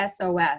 SOS